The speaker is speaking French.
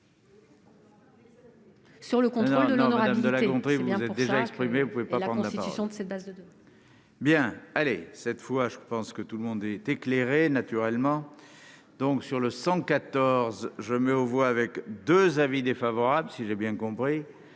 sur le contrôle d'honorabilité,